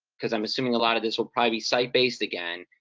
because i'm assuming a lot of this will probably be site-based again,